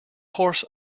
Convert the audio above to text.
horse